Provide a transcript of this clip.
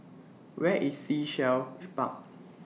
Where IS Sea Shell Park